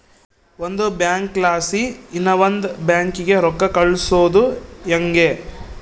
ಒಂದು ಬ್ಯಾಂಕ್ಲಾಸಿ ಇನವಂದ್ ಬ್ಯಾಂಕಿಗೆ ರೊಕ್ಕ ಕಳ್ಸೋದು ಯಂಗೆ